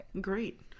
Great